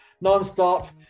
Non-stop